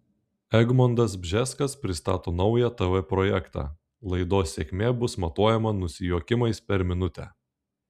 egmontas bžeskas pristato naują tv projektą laidos sėkmė bus matuojama nusijuokimais per minutę